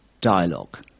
dialogue